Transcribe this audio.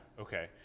Okay